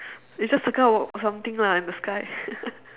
you just circle out something lah in the sky